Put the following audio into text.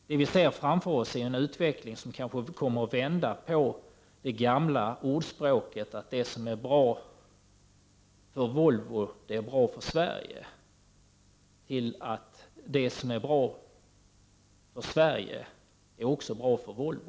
Det vi ser framför oss är en utveckling som kanske kommer att vända på det gamla talesättet att det som är bra för Volvo är bra för Sverige: Det som är bra för Sverige är också bra för Volvo.